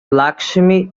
lakshmi